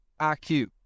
IQ